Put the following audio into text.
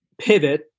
pivot